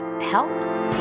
helps